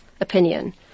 opinion